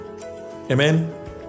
Amen